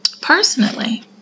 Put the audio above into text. Personally